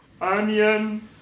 Onion